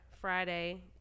Friday